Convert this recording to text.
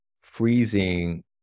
freezing